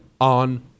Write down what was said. on